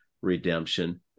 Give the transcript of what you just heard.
redemption